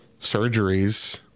surgeries